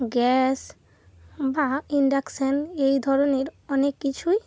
gas বা induction এই ধরনের অনেক কিছুই